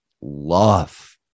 love